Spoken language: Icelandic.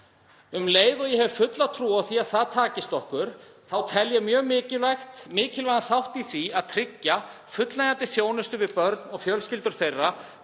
Um leið og ég hef fulla trú á því að okkur takist það tel ég mjög mikilvægan þátt í því að tryggja fullnægjandi þjónustu við börn og fjölskyldur þeirra,